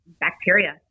bacteria